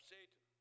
Satan